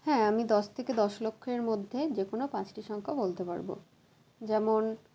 হ্যাঁ আমি দশ থেকে দশ লক্ষের মধ্যে যে কোনো পাঁচটি সংখ্যা বলতে পারবো যেমন